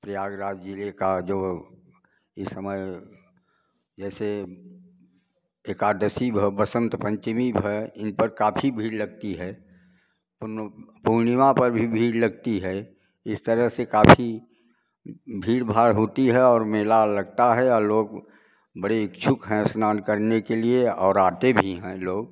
प्रयागराज ज़िले का जो यह समय जैसे एकादशी भव बसंत पंचमी भय इन पर काफ़ी भीड़ लगती है पुनोम पूर्णिमा पर भी भीड़ लगती है इस तरह से काफ़ी भीड़ भाड़ होती है और मेला लगता है और लोग बड़ी इच्छुक हैं स्नान करने के लिए और आते भी हैं लोग